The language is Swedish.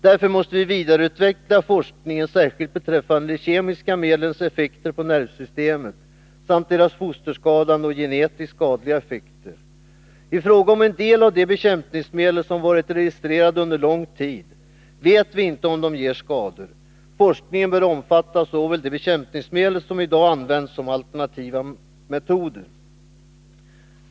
Därför måste vi vidareutveckla forskningen särskilt beträffande de kemiska medlens effekter på nervsystemet samt deras fosterskadande och genetiskt skadliga effekter. I fråga om en del av de bekämpningsmedel som varit registrerade under lång tid vet vi inte om de ger skador. Forskningen bör omfatta såväl de bekämpningsmedel som i dag används som alternativa metoder.